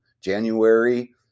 January